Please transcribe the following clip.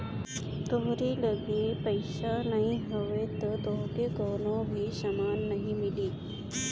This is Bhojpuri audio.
तोहरी लगे पईसा नाइ हवे तअ तोहके कवनो भी सामान नाइ मिली